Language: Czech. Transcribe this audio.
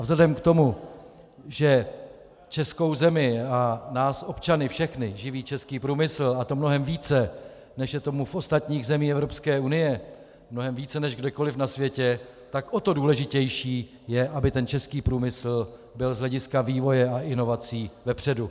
Vzhledem k tomu, že českou zemi a nás občany všechny živí český průmysl, a to mnohem více, než je tomu v ostatních zemích Evropské unie, mnohem více než kdekoli na světě, tak o to důležitější je, aby český průmysl byl z hlediska vývoje a inovací vepředu.